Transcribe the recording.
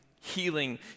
healing